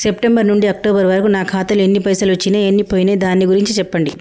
September నుంచి October వరకు నా ఖాతాలో ఎన్ని పైసలు వచ్చినయ్ ఎన్ని పోయినయ్ దాని గురించి చెప్పండి?